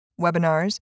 webinars